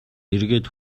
эргээд